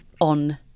on